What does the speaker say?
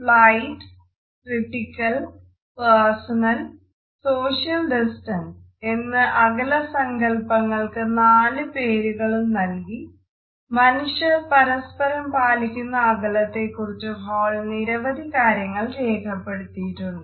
flight എന്ന് അകല സങ്കല്പങ്ങൾക്ക് നാല് പേരുകളും നല്കി മനുഷ്യർ പരസ്പരം പാലിക്കുന്ന അകലത്തെക്കുറിച്ച് ഹാൾ നിരവധി കാര്യങ്ങൾ രേഖപ്പെടുത്തിയിട്ടുണ്ട്